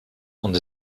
und